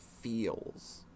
feels